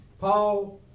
Paul